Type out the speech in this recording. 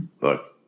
look